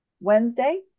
Wednesday